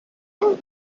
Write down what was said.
اون